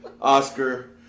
Oscar